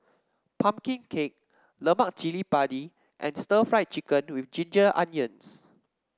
pumpkin cake Lemak Cili Padi and Stir Fried Chicken with Ginger Onions